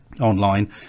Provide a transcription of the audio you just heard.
online